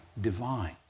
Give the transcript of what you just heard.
divine